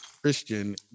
Christian